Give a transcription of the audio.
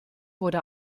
wurde